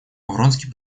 вронский